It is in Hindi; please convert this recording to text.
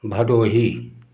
भदोही